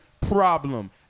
problem